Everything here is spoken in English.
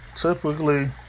typically